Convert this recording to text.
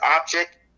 object